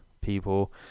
people